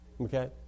okay